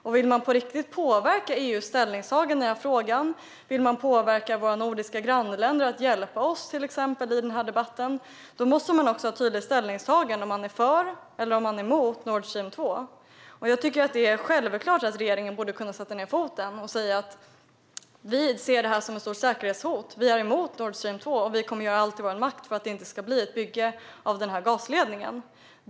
Om man på riktigt vill påverka EU:s ställningstagande i den här frågan och vill påverka våra nordiska grannländer att hjälpa oss till exempel i den här debatten måste man ha ett tydligt ställningstagande om huruvida man är för eller emot Nord Stream 2. Jag tycker att det är självklart att regeringen borde kunna sätta ned foten och säga: Vi ser det här som ett stort säkerhetshot. Vi är emot Nord Stream 2 och kommer att göra allt som står i vår makt för att det inte ska bli ett bygge av den här gasledningen.